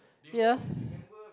ya